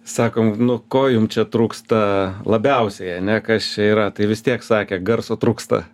sakom nu ko jum čia trūksta labiausiai ane kas čia yra tai vis tiek sakė garso trūksta